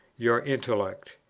your intellect.